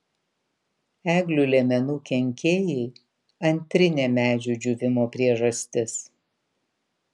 eglių liemenų kenkėjai antrinė medžių džiūvimo priežastis